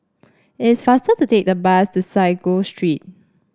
it's faster to take the bus to Sago Street